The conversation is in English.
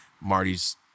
marty's